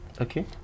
Okay